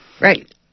Right